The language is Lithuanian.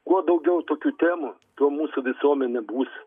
kuo daugiau tokių temų tuo mūsų visuomenė bus